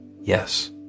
yes